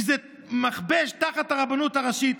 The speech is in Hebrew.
כי זה מכבש תחת הרבנות הראשית.